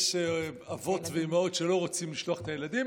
יש אבות ואימהות שלא רוצים לשלוח את הילדים,